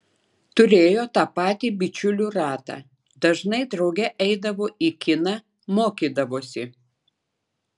turėjo tą patį bičiulių ratą dažnai drauge eidavo į kiną mokydavosi